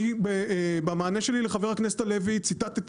אני במענה שלי לחבר הכנסת הלוי ציטטתי